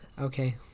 Okay